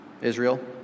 Israel